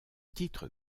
titre